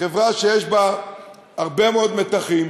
חברה שיש בה הרבה מאוד מתחים,